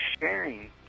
sharing